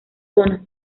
zonas